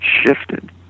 shifted